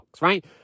right